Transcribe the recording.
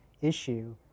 issue